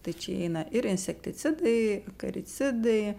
tai čia įeina ir insekticidai karicidai